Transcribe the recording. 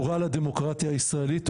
הוא רע לדמוקרטיה הישראלית,